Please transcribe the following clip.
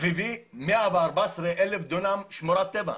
סביבי 114 אלף דונם שמורת טבע.